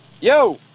Yo